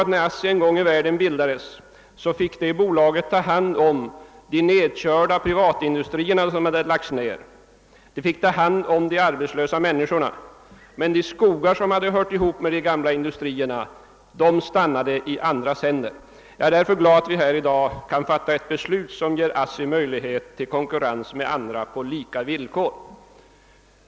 När ASSI en gång bildades fick det ta hand om de nedkörda privatindustrierna, som lagts ned, och de arbetslösa människorna — men de skogar som hade hört ihop med de gamla industrierna stannade i andras händer. Jag är därför, som sagt, glad att vi här i dag kan fatta ett beslut som ger ASSI möjlighet till konkurrens på lika villkor.